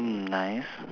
mm nice